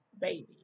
baby